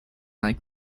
like